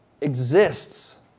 exists